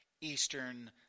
Eastern